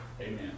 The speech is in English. Amen